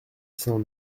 cent